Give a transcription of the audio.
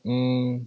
mm